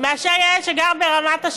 מגיע פחות מאשר לילד שגר ברמת-השרון?